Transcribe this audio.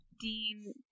Dean